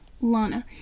Lana